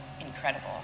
incredible